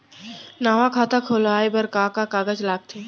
नवा खाता खुलवाए बर का का कागज लगथे?